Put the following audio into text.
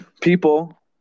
people